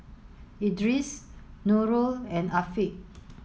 Idris Nurul and Afiq